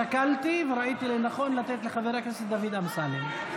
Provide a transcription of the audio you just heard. שקלתי וראיתי לנכון לתת לחבר הכנסת דוד אמסלם.